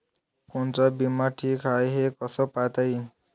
कोनचा बिमा ठीक हाय, हे कस पायता येईन?